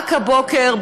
רק הבוקר,